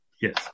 Yes